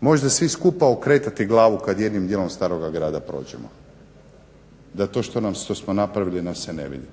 možda svi skupa okretati glavu kada jednim dijelom Staroga grada prođemo da to što smo napravili nam se ne vidi.